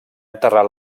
enterrat